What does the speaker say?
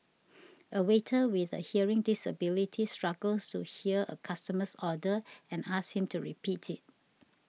a waiter with a hearing disability struggles to hear a customer's order and asks him to repeat it